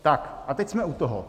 Tak a teď jsme u toho.